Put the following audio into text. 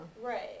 Right